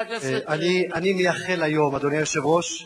חבר הכנסת, אני מייחל ליום, אדוני היושב-ראש,